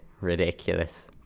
ridiculous